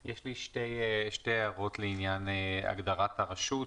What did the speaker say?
יש לי שתי הערות לעניין הגדרת הרשות: